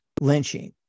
lynching